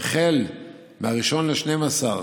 והחל ב-1 בדצמבר